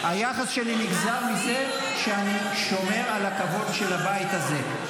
----- היחס שלי נגזר מזה שאני שומר על הכבוד של הבית הזה,